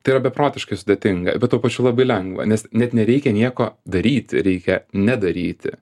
tai yra beprotiškai sudėtinga bet tuo pačiu labai lengva nes net nereikia nieko daryti reikia nedaryti